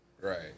right